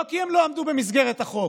לא כי הם לא עמדו במסגרת החוק,